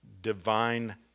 divine